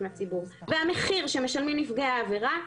לציבור והמחיר שמשלמים נפגעי העבירה,